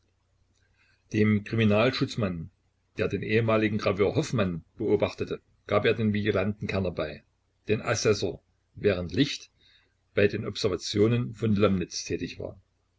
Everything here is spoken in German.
dem kriminalschutzmann der den ehemaligen graveur hoffmann beobachtete gab er den vigilanten kerner bei den assessor während licht bei den observationen von lomnitz tätig war